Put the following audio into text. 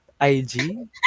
IG